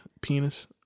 penis